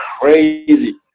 crazy